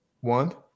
One